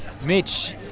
Mitch